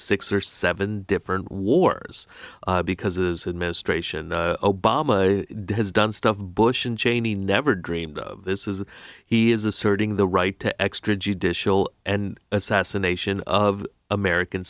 six or seven different wars because of this administration obama has done stuff bush and cheney never dreamed of this is he is asserting the right to extrajudicial and assassination of american